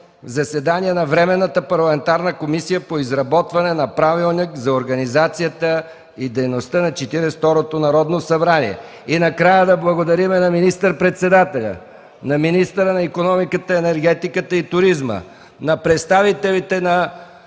заседание на Временната парламентарна комисия по изработване на Правилник за организацията и дейността на Четиридесет и второто Народно събрание. Накрая да благодаря на министър-председателя, на министъра на икономиката, енергетиката и туризма, на представителите на